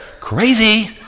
crazy